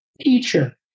teacher